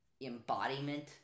embodiment